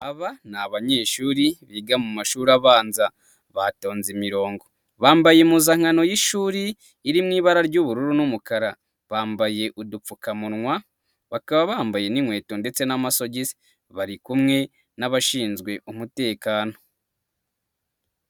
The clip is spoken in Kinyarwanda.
Aba ni abanyeshuri biga mu mashuri abanza, batonze imirongo, bambaye impuzankano y'ishuri, iri mu ibara ry'ubururu n'umukara, bambaye udupfukamunwa, bakaba bambaye n'inkweto ndetse n'amasogisi, bari kumwe n'abashinzwe umutekano.